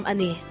Ani